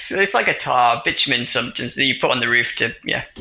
it's like a top, which mean sometimes the put on the roof tip, yeah.